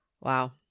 Wow